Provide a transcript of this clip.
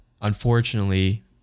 unfortunately